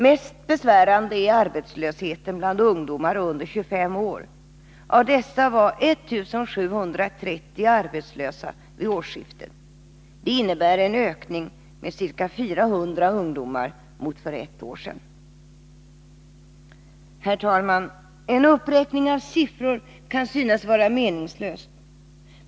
Mest besvärande är arbetslösheten bland ungdomar under 25 år. Av dessa var 1730 arbetslösa vid årsskiftet. Det innebär en ökning med ca 400 ungdomar jämfört med antalet för ett år sedan. Herr talman! En uppräkning av siffror kan synas vara meningslös.